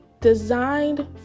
designed